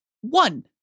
one